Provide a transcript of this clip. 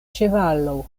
ĉevalo